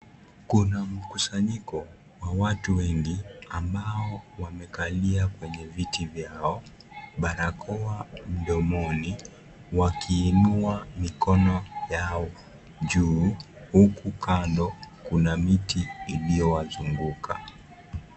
Kuna mkusanyiko wa watu wengi ambao wamekalia kwenye viti vyao, barakoa mdomoni wakiinua mikono yao juu, huku kando kuna miti iliyowazunguka.